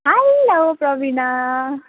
hello Prabina